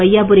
Vaiyapuri